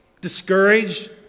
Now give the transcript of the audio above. discouraged